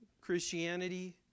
Christianity